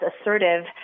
assertive